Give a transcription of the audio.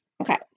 Okay